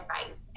advice